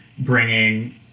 bringing